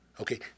Okay